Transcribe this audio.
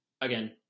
again